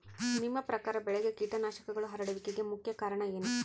ನಿಮ್ಮ ಪ್ರಕಾರ ಬೆಳೆಗೆ ಕೇಟನಾಶಕಗಳು ಹರಡುವಿಕೆಗೆ ಮುಖ್ಯ ಕಾರಣ ಏನು?